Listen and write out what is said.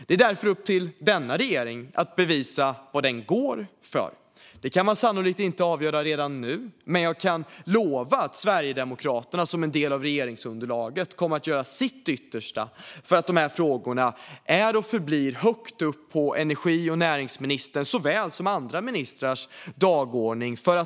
Det är därför upp till denna regering att visa vad den går för. Det kan man sannolikt inte avgöra redan nu, men jag kan lova att Sverigedemokraterna som en del av regeringsunderlaget kommer att göra sitt yttersta för att de här frågorna är och förblir högt upp på energi och näringsministerns såväl som på andra ministrars dagordning.